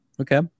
Okay